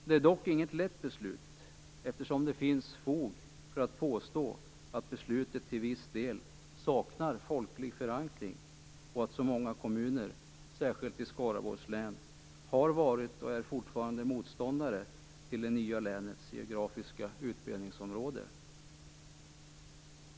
Det är dock inget lätt beslut att fatta, eftersom det finns fog att påstå att beslutet till viss del saknar folklig förankring och då så många kommuner, särskilt i Skaraborgs län, har varit och fortfarande är motståndare till det nya länets geografiska utbredningsområde.